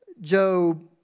Job